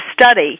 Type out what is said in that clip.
study